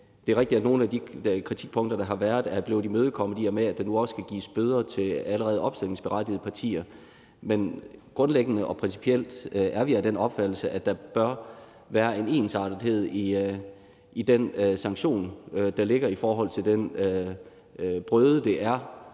det er rigtigt, at nogle af de kritikpunkter, der har været, er blevet imødekommet, i og med at der nu også kan gives bøder til allerede opstillingsberettigede partier, men grundlæggende og principielt er vi af den opfattelse, at der bør være en ensartethed i den sanktion, der ligger, for den brøde, det er